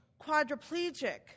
quadriplegic